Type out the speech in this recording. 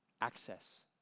Access